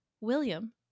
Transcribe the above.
William